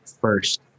first